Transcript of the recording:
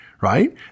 right